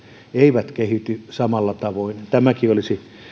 eivät kehity samalla tavoin tämäkin olisi